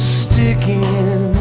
sticking